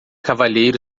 cavalheiro